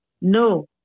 No